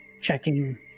checking